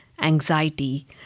anxiety